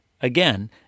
again